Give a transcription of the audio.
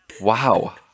Wow